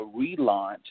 relaunch